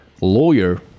lawyer